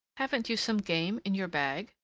haven't you some game in your bag,